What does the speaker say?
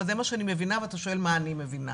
זה מה שאני מבינה ואתה שואל מה אני מבינה